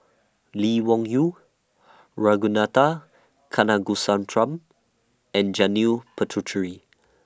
Lee Wung Yew Ragunathar Kanagasuntheram and Janil Puthucheary